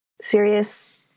serious